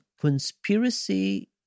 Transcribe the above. conspiracy